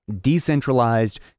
decentralized